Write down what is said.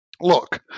look